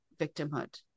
victimhood